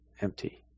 empty